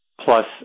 plus